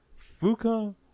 Fuka